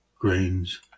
grains